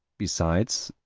besides,